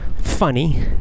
funny